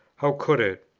how could it?